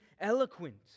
eloquent